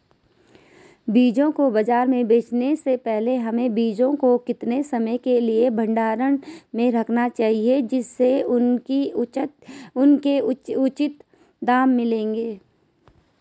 बीजों को बाज़ार में बेचने से पहले हमें बीजों को कितने समय के लिए भंडारण में रखना चाहिए जिससे उसके उचित दाम लगें?